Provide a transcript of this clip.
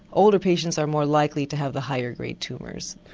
older patients are more likely to have the higher grade tumours.